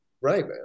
Right